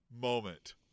moment